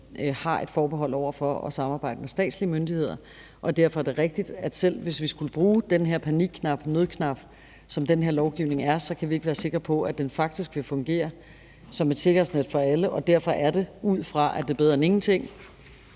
har et forbehold over for at samarbejde med statslige myndigheder, og derfor er det rigtigt, at selv hvis vi skulle bruge den her panikknap, nødknap, som den her lovgivning er, så kan vi ikke være sikker på, at den faktisk vil fungere som et sikkerhedsnet for alle, og derfor er det ud fra, at det er bedre end ingenting.